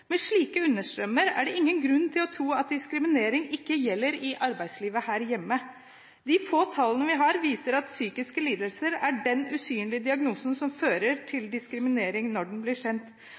Med slike understrømmer er det ingen grunn til å tro at diskriminering ikke gjelder i arbeidslivet her hjemme. De få tallene vi har, viser at psykisk lidelse er den usynlige diagnosen som fører til diskriminering når den blir kjent.